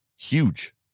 Huge